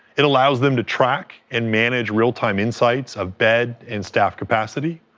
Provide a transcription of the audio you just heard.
it allows them to track and manage real-time insights of bed and staff capacity,